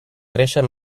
créixer